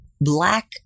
black